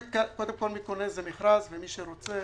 קודם כל מי קונה זה מכרז ומי שרוצה.